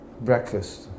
breakfast